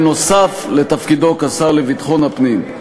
נוסף על תפקידו כשר לביטחון הפנים.